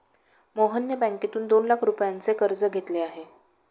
मोहनने बँकेतून दोन लाख रुपयांचे कर्ज घेतले आहे